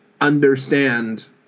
understand